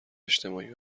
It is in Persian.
اجتماعی